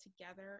together